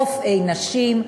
ישנם כמה רופאים: רופאי נשים,